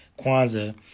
Kwanzaa